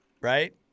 Right